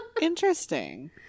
Interesting